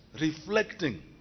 Reflecting